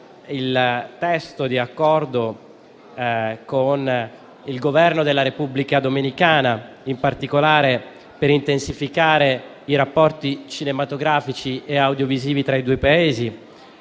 il testo di Accordo con il Governo della Repubblica dominicana, in particolare per intensificare i rapporti cinematografici e audiovisivi tra i due Paesi.